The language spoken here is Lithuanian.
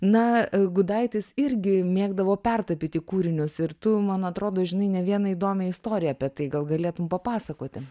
na gudaitis irgi mėgdavo pertapyti kūrinius ir tu man atrodo žinai ne vieną įdomią istoriją apie tai gal galėtum papasakoti